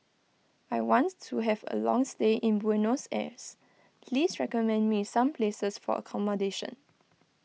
I want to have a long stay in Buenos Aires Please recommend me some places for accommodation